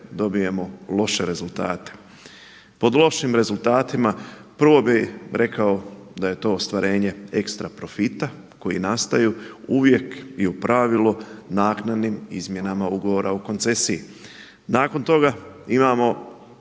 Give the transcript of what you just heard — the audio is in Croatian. dobijemo loše rezultate. Pod lošim rezultatima, prvo bih rekao da je to ostvarenje ekstra profita koji nastaju uvijek i u pravilu naknadnim izmjenama ugovora o koncesiji. Nakon toga imamo